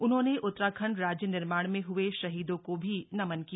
उन्होने उत्तराखंड राज्य निर्माण में ह्ए शहीदों को भी नमन किया